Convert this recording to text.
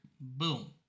boom